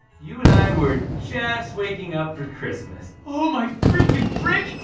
you and i were just waking up for christmas. oh my frickin' frick!